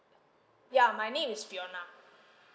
ya my name is fiona